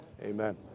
Amen